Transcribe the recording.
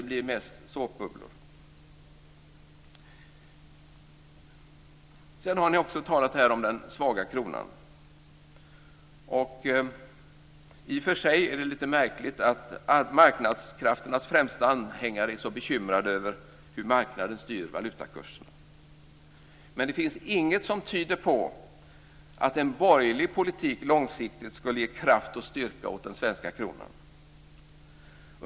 Sedan har ni också talat här om den svaga kronan. I och för sig är det lite märkligt att marknadskrafternas främsta anhängare är så bekymrade över hur marknaden styr valutakurserna. Men det finns inget som tyder på att en borgerlig politik långsiktigt skulle ge kraft och styrka åt den svenska kronan.